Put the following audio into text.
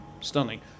stunning